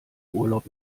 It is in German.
urlaub